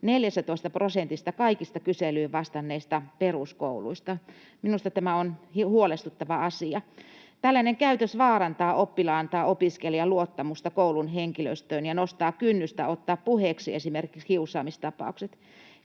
kaikista kyselyyn vastanneista peruskouluista. Minusta tämä on huolestuttava asia. Tällainen käytös vaarantaa oppilaan tai opiskelijan luottamusta koulun henkilöstöön ja nostaa kynnystä ottaa puheeksi esimerkiksi kiusaamistapaukset.